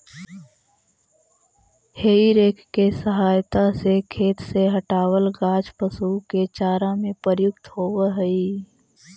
हेइ rake के सहायता से खेत से हँटावल गाछ पशु के चारा में प्रयुक्त होवऽ हई